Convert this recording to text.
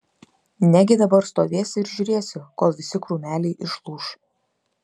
negi dabar stovėsi ir žiūrėsi kol visi krūmeliai išlūš